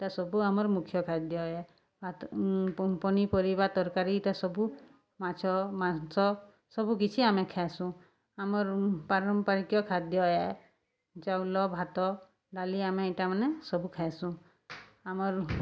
ଏଟା ସବୁ ଆମର୍ ମୁଖ୍ୟ ଖାଦ୍ୟ ଏ ପନିପରିବା ତର୍କାରୀଟା ସବୁ ମାଛ ମାଂସ ସବୁ କିଛି ଆମେ ଖାଏସୁଁ ଆମର୍ ପାରମ୍ପାରିକ ଖାଦ୍ୟ ଏ ଚାଉଲ ଭାତ ଡାଲି ଆମେ ଇଟାମାନେ ସବୁ ଖାଏସୁଁ ଆମର୍